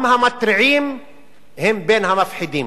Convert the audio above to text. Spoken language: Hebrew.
גם המתריעים הם בין המפחידים.